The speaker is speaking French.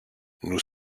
nous